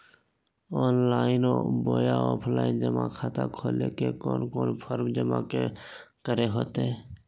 Online बोया offline जमा खाता खोले ले कोन कोन फॉर्म जमा करे होते?